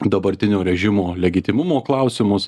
dabartinio režimo legitimumo klausimus